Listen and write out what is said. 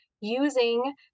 using